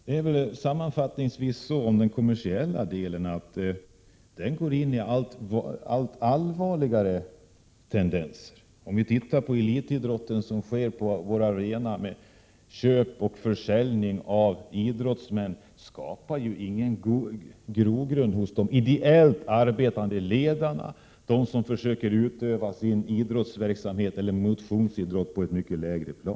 Beträffande den kommersiella delen av idrotten kan det väl sammanfattningsvis sägas att denna går emot allt allvarligare utvecklingstendenser. Den utveckling som sker inom vår arenaidrott, med köp och försäljning av idrottsmän, skapar ju ingen god grogrund hos de ideellt arbetande ledarna, de som försöker utöva sin idrottsverksamhet eller motionsidrott på ett mycket lägre plan.